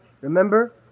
Remember